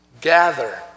gather